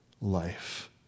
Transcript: life